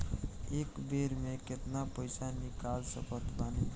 एक बेर मे केतना पैसा निकाल सकत बानी?